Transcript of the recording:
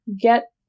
get